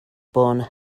born